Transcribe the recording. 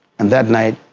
and that night,